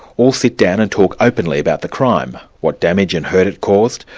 all sit down and talk openly about the crime, what damage and hurt it caused,